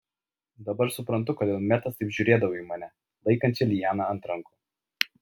dabar suprantu kodėl metas taip žiūrėdavo į mane laikančią lianą ant rankų